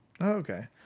Okay